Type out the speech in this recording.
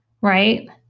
right